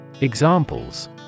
Examples